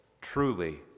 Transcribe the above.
truly